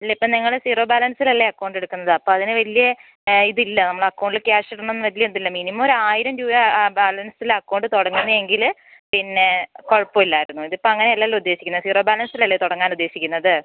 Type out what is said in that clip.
ഇല്ല ഇപ്പം നിങ്ങൾ സീറോ ബാലൻസിലല്ലേ അക്കൗണ്ട് എടുക്കുന്നത് അപ്പം അതിന് വലിയ ഇതില്ല നമ്മൾ അക്കൗണ്ടിൽ ക്യാഷ് ഇടണം എന്ന് വലിയ ഇതില്ല മിനിമം ഒരു ആയിരം രൂപ ബാലൻസിൽ അക്കൗണ്ട് തുടങ്ങുന്നതെങ്കിൽ പിന്നെ കുഴപ്പം ഇല്ലായിരുന്നു ഇതിപ്പം അങ്ങനെ അല്ലല്ലോ ഉദ്ദേശിക്കുന്നത് സീറോ ബാലൻസിലല്ലേ തുടങ്ങാൻ ഉദ്ദേശിക്കുന്നത്